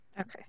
Okay